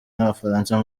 n’abafaransa